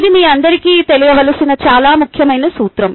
ఇది మీ అందరికీ తెలియవలసిన చాలా ముఖ్యమైన సూత్రం